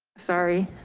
sorry.